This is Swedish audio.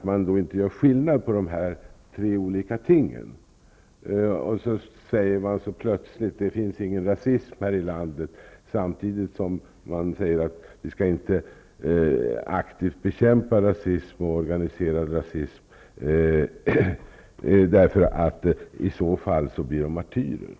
frågor inte gör skillnad på dessa tre olika ting och sedan plötsligt säger att det inte finns någon rasism här i landet samtidigt som man säger att vi inte aktivt skall bekämpa rasism och organiserad rasism, eftersom rasisterna då blir martyrer.